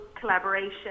collaboration